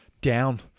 down